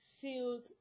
sealed